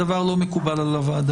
הדבר הזה לא מקובל על הוועדה.